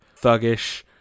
thuggish